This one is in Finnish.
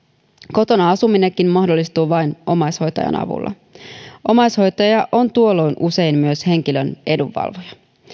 kotona asuminenkin mahdollistuu vain omaishoitajan avulla omaishoitaja on tuolloin usein myös henkilön edunvalvoja